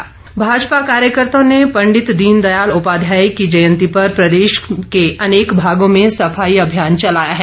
दीन दयाल जंयती भाजपा कार्यकर्ताओं ने पंडित दीन दयाल उपाध्याय की जयंती पर प्रदेश के अनेक भागों में सफाई अभियान चलाया है